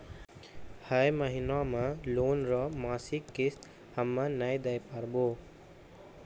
है महिना मे लोन रो मासिक किस्त हम्मे नै दैल पारबौं